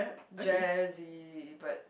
jazzy but